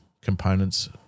components